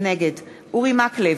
נגד אורי מקלב,